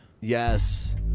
Yes